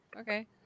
okay